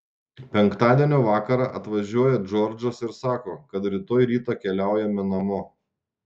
penktadienio vakarą atvažiuoja džordžas ir sako kad rytoj rytą keliaujame namo